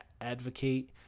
advocate